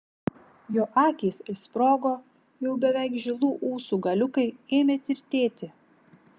jo akys išsprogo jau beveik žilų ūsų galiukai ėmė tirtėti